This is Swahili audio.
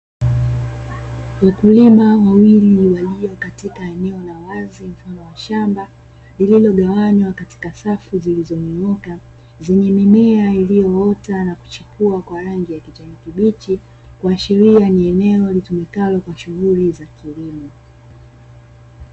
Wakulima wawili walio katika eneo la wazi mfano wa shamba, lililogawanywa katika safu zilizonyooka, zenye mimea iliyoota na kuchipua kwa rangi ya kijani kibichi, kuashiria ni eneo litumikalo kwa shughuli za kilimo.